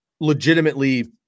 legitimately